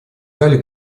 зале